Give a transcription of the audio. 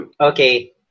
Okay